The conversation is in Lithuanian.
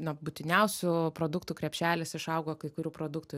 na būtiniausių produktų krepšelis išaugo kai kurių produktų